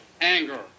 anger